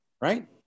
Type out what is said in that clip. right